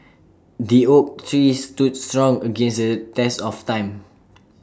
the oak tree stood strong against the test of time